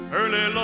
early